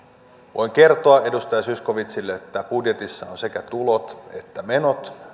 voin kertoa edustaja zyskowiczille että budjetissa on sekä tulot että menot ja